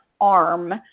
arm